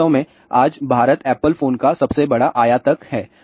वास्तव में आज भारत एप्पल फोन का सबसे बड़ा आयातक है